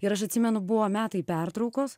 ir aš atsimenu buvo metai pertraukos